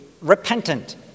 repentant